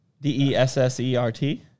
D-E-S-S-E-R-T